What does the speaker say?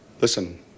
Listen